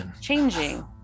changing